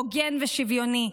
הוגן ושוויוני.